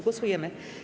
Głosujemy.